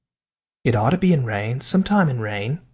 it ought to be in rain. sometime in rain.